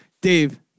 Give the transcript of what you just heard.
Dave